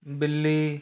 बिल्ली